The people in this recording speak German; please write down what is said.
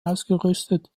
ausgerüstet